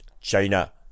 China